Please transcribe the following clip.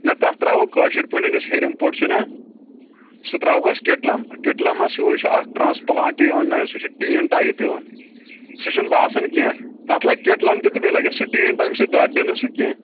نہ تتھ تراوو کٲشر پٲٹھۍ یُس ہٮ۪رِم پوٚٹ چھُ نا سُہ تراوہوس کِٹلم کِٹلمس ہوُے چھُ اکھ ٹرانسپٕلانٹ یِوان نہ سُہ چھُ ٹیٖن ٹایپ یِوان سُہ چھُنہ باسان کینٛہہ تتھ لگہٕ کِٹلم تہِ تہٕ بییٚہِ لگیٚس سُہ ٹیٖن تمہِ سۭتۍ دۄدرِ نہٕ سُہ کینٛہہ